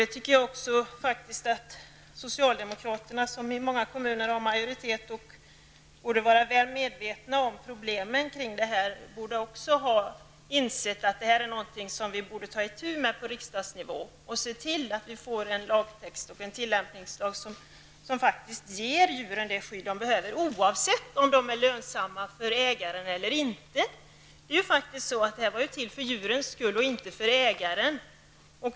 Jag tycker också att socialdemokraterna, som ju har majoritet i många kommuner och borde vara väl medvetna om problemen kring detta, skulle ha insett att detta är något som vi borde itu med på riksdagsnivå för att se till att vi får en lagtext och en tillämpningslag som ger djuren det skydd de behöver -- oavsett om de är lönsamma för ägaren eller inte; lagen kom ju till för djurens skull och inte för ägarnas.